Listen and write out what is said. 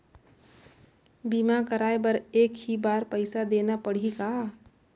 बीमा कराय बर एक ही बार पईसा देना पड़ही का?